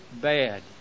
bad